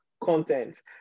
content